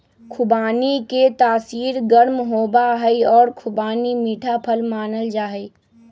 खुबानी के तासीर गर्म होबा हई और खुबानी मीठा फल मानल जाहई